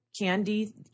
candy